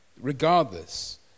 Regardless